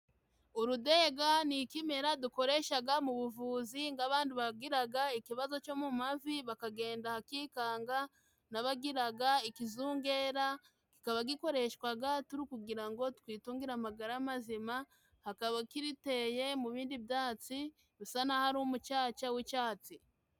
Urudega ni ikimera dukoreshaga mu buvuzi, ng'abandu bagiraga ikibazo cyo mu mavi bakagenda hakikanga, n'abagiraga ikizungera, kikaba gikoreshwaga turi kugira ngo twitungira amagara mazima, hakaba kiriteye mu bindi byatsi bisa naho ari umucaca w'icatsi.